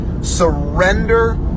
surrender